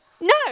No